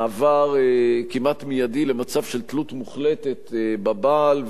מעבר כמעט מיידי למצב של תלות מוחלטת בבעל,